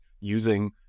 using